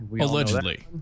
allegedly